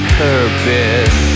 purpose